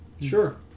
sure